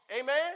amen